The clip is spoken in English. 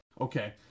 Okay